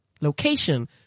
location